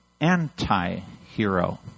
anti-hero